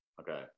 okay